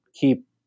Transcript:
keep